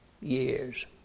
years